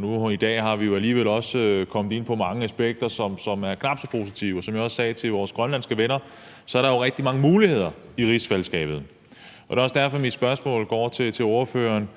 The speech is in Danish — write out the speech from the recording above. jo i dag alligevel også kommet ind på mange aspekter, som er knap så positive. Som jeg også sagde til vores grønlandske venner, er der jo rigtig mange muligheder i rigsfællesskabet. Det er også derfor, mit spørgsmål til ordføreren